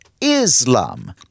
Islam